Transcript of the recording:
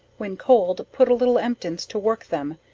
when cold put a little emptins to work them,